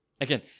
again